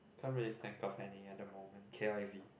can't really think of any other moment K_I_V